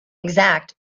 exact